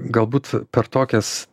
galbūt per tokias